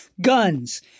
guns